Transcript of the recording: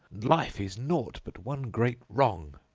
life is naught but one great wrong.